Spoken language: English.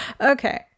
Okay